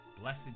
Blessed